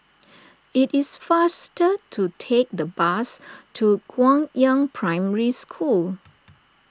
it is faster to take the bus to Guangyang Primary School